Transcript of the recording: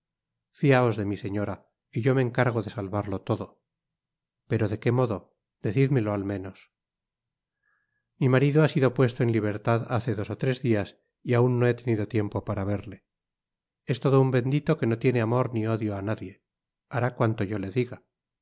fiaos de mi señora y yo me encargo de salvarlo todo pero de qué modo decidmelo al menos mi marido ha sido puesto en libertad hace dos ó tres dias y aun no he tenido tiempo para verle es todo un bendito que no tiene amor ni odio á nadie bará cuanto yo le diga